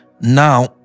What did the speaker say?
Now